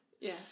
Yes